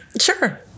Sure